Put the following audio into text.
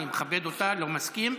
אני מכבד אותה, לא מסכים.